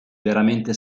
veramente